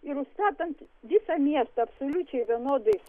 ir užstatant visą miestą absoliučiai vienodais